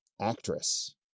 actress